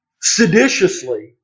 seditiously